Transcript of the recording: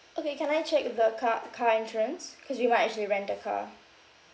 okay can I check with the car car insurance cause we might actually rent a car